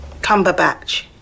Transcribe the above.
Cumberbatch